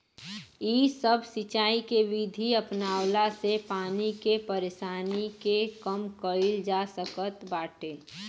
इ सब सिंचाई के विधि अपनवला से पानी के परेशानी के कम कईल जा सकत बाटे